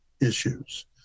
issues